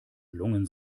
lungen